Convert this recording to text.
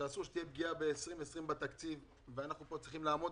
שאסור שתהיה פגיעה בתקציב 2020. אנחנו פה צריכים לעמוד